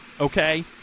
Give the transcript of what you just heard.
okay